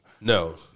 No